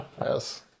Yes